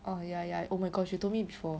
oh ya ya oh my gosh you told me before